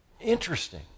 Interesting